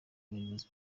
bayobozi